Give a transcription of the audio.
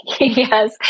Yes